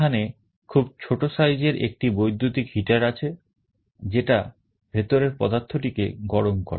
এখানে খুব ছোট সাইজের একটি বৈদ্যুতিক heater আছে যেটা ভেতরের পদার্থটিকে গরম করে